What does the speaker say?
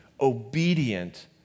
obedient